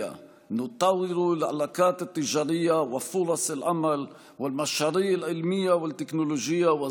אנו מקבלים את פניכם בידידות, בכבוד וביחסי אחווה.